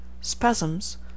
spasms